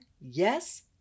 yes